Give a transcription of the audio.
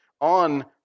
on